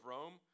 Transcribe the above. Rome